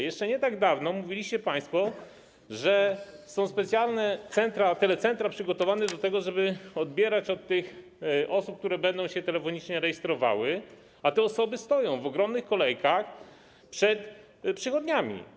Jeszcze nie tak dawno mówiliście państwo, że są specjalne telecentra przygotowane do tego, żeby odbierać od tych osób, które będą się telefonicznie rejestrowały, a te osoby stoją w ogromnych kolejkach przed przychodniami.